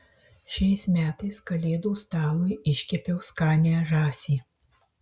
šiais metais kalėdų stalui iškepiau skanią žąsį